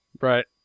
Right